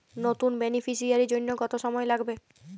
নতুন বেনিফিসিয়ারি জন্য কত সময় লাগবে?